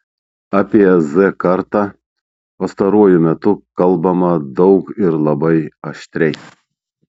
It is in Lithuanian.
apie z kartą pastaruoju metu kalbama daug ir labai aštriai